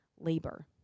labor